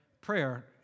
prayer